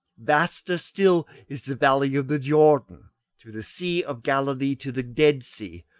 vaster still is the valley of the jordan through the sea of galilee to the dead sea,